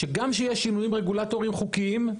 שגם כשיש שינויים רגולטוריים חוקיים,